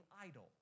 idle